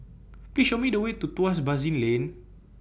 Please Show Me The Way to Tuas Basin Lane